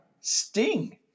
Sting